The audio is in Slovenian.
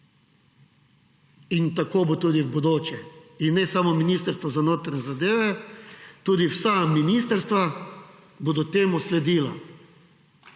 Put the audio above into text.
Tako bo tudi v bodoče. Ne samo Ministrstvo za notranje zadeve, tudi vsa ministrstva bodo sledila